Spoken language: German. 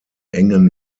engen